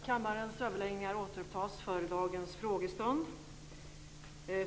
Kammarens överläggningar återupptas för dagens frågestund.